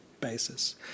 basis